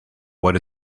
what